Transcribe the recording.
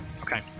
Okay